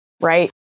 right